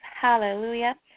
Hallelujah